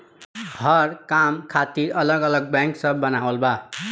हर काम खातिर अलग अलग बैंक सब बनावल बा